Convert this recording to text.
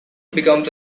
becomes